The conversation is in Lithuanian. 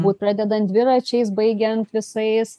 būt pradedant dviračiais baigiant visais